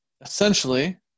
Essentially